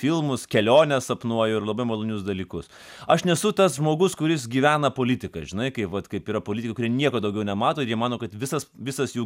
filmus keliones sapnuoju ir labai malonius dalykus aš nesu tas žmogus kuris gyvena politika žinai kaip vat kaip yra politikų kurie nieko daugiau nemato ir mano kad visas visas jų